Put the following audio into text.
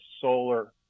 solar